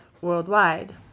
worldwide